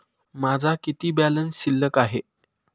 माझा किती बॅलन्स शिल्लक आहे?